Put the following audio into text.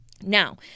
Now